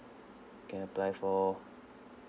can apply for